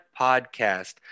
podcast